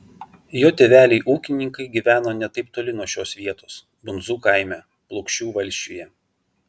jo tėveliai ūkininkai gyveno ne taip toli nuo šios vietos bundzų kaime plokščių valsčiuje